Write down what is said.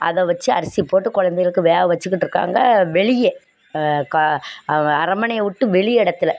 அதை வச்சி அரிசி போட்டு குலந்தைகளுக்கு வேவ வச்சிக்கிட்ருக்காங்க வெளியே கா அரண்மனையை விட்டு வெளி இடத்துல